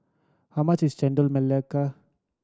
how much is Chendol Melaka